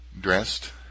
Dressed